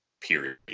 period